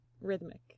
rhythmic